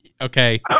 Okay